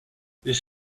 this